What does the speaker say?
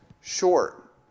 short